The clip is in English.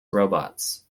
robots